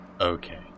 Okay